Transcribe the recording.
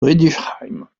riedisheim